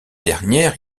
dernière